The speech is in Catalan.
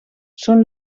són